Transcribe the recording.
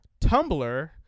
tumblr